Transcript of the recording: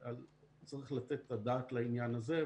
וצריך לתת את הדעת לעניין הזה,